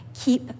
Keep